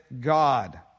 God